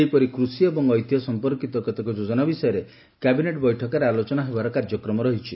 ସେହିପରି କୃଷି ଏବଂ ଐତିହ୍ୟ ସମ୍ପର୍କିତ କେତେକ ଯୋଜନା ବିଷୟରେ କ୍ୟାବିନେଟ୍ ବୈଠକରେ ଆଲୋଚନା ହେବାର କାର୍ଯ୍ୟକ୍ରମ ରହିଛି